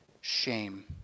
Shame